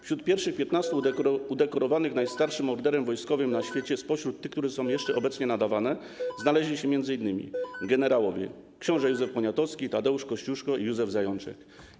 Wśród pierwszych 15 udekorowanych najstarszym orderem wojskowym na świecie spośród tych, które są jeszcze obecnie nadawane, znaleźli się m.in. generałowie: książę Józef Poniatowski, Tadeusz Kościuszko i Józef Zajączek.